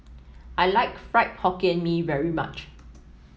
I like Fried Hokkien Mee very much